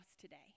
today